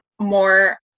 more